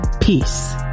peace